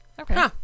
Okay